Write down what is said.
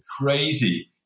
crazy